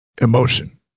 emotion